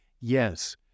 yes